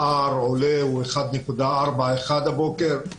ה-R עולה והוא 1.41 הבוקר.